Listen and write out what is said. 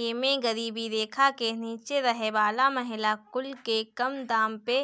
एमे गरीबी रेखा के नीचे रहे वाला महिला कुल के कम दाम पे